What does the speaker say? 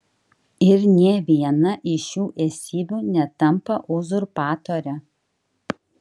ir nė viena iš šių esybių netampa uzurpatore